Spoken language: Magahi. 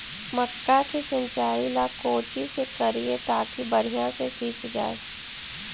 मक्का के सिंचाई ला कोची से करिए ताकी बढ़िया से सींच जाय?